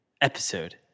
episode